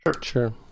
Sure